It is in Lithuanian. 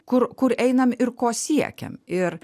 kur kur einam ir ko siekiam ir